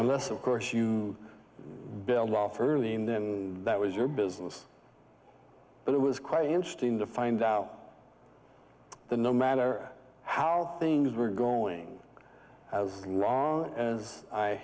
unless of course you build off early and then that was your business but it was quite interesting to find out the no matter how things were going as long as i